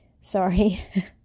sorry